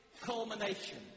culmination